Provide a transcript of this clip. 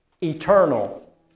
eternal